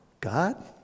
God